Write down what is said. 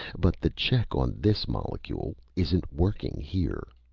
but the check on this molecule isn't working, here!